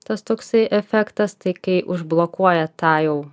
tas toksai efektas tai kai užblokuoja tą jau